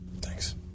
Thanks